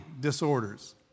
disorders